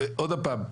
אבל עוד הפעם,